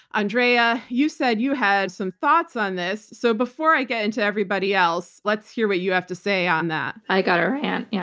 andrea, you said you had some thoughts on this, so before i get into everybody else, let's hear what you have to say on that. i've got to rant, yeah.